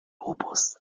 opus